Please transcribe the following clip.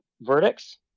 verdicts